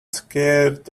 scared